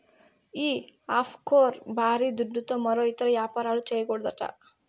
ఈ ఆఫ్షోర్ బారీ దుడ్డుతో మరో ఇతర యాపారాలు, చేయకూడదట